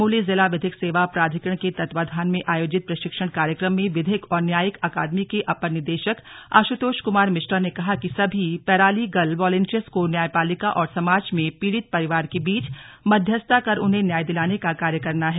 चमोली जिला विधिक सेवा प्राधिकरण के तत्वावधान में आयोजित प्रशिक्षण कार्यक्रम में विधिक और न्यायिक अकादमी के अपर निदेशक आशुतोष कुमार मिश्रा ने कहा कि सभी पैरालीगल वालेंटियर्स को न्यायपालिका और समाज में पीड़ित परिवार के बीच मध्यस्थता कर उन्हें न्याय दिलाने का कार्य करना है